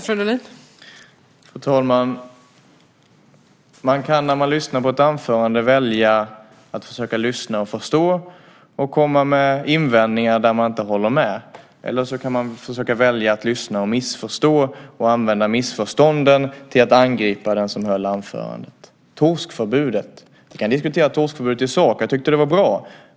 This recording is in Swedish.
Fru talman! Man kan när man lyssnar på ett anförande välja att försöka lyssna och förstå och komma med invändningar där man inte håller med. Eller också kan man välja att lyssna och missförstå och använda missförstånden till att angripa den som höll anförandet. Torskförbudet kan vi diskutera i sak. Jag tyckte att det var bra.